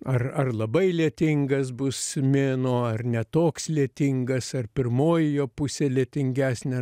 ar ar labai lietingas bus mėnuo ar ne toks lietingas ar pirmoji jo pusė lietingesnė